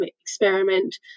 experiment